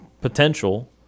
potential –